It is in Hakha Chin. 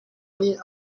nih